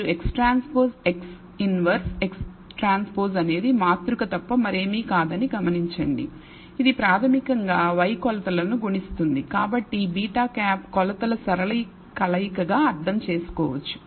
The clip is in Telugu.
1XT అనేది మాతృక తప్ప మరేమీ కాదని గమనించండి ఇది ప్రాథమికంగా y కొలతలను గుణిస్తుంది కాబట్టి β̂ కొలతల సరళ కలయికగా అర్థం చేసుకోవచ్చు